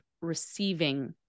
receiving